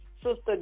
Sister